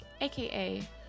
aka